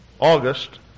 August